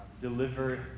deliver